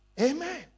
Amen